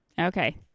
Okay